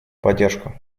поддержку